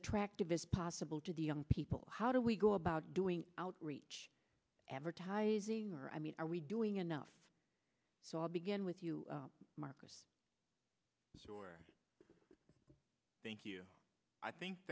attractive as possible to the young people how do we go about doing outreach advertising i mean are we doing enough so i'll begin with you marcus thank you i think